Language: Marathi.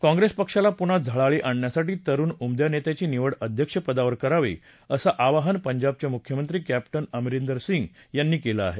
काँप्रेस पक्षाला पुन्हा झळाळी आणण्यासाठी तरुण उमद्या नेत्याची निवड अध्यक्ष पदावर करावी असं आवाहन पंजाबचे मुख्यमंत्री कॅप्टन अमरिंदर सिंग यांनी केलं आहे